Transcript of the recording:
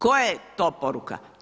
Koja je to poruka?